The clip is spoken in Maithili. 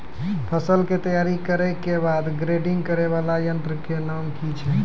फसल के तैयारी के बाद ग्रेडिंग करै वाला यंत्र के नाम की छेकै?